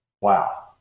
Wow